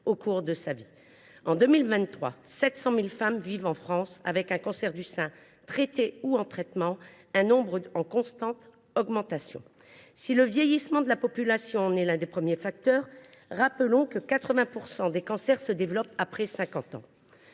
au cours de sa vie. En 2023, 700 000 femmes vivaient en France avec un cancer du sein, traité ou en traitement, ce nombre étant en constante augmentation. Si le vieillissement de la population en est l’un des premiers facteurs – 80 % des cancers se développent après 50 ans